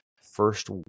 first